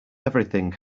everything